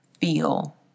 feel